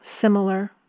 similar